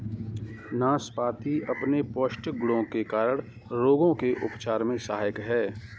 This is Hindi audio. नाशपाती अपने पौष्टिक गुणों के कारण रोगों के उपचार में सहायक है